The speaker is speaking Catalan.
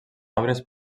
obres